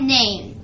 name